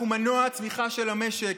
אנחנו מנוע הצמיחה של המשק.